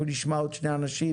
אנחנו נשמע עוד שני אנשים.